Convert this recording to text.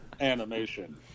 animation